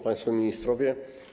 Państwo Ministrowie!